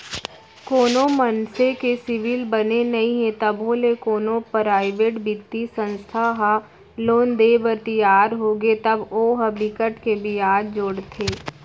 कोनो मनसे के सिविल बने नइ हे तभो ले कोनो पराइवेट बित्तीय संस्था ह लोन देय बर तियार होगे तब ओ ह बिकट के बियाज जोड़थे